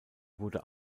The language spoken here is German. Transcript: wurde